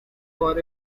for